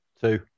Two